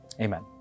amen